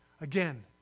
Again